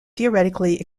theoretically